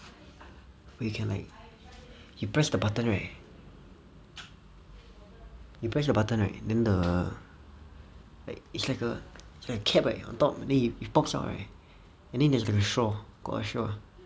where you can like you press the button right you press the button right then the like it's like a cap right on top it pops out right and then there's the the straw got a straw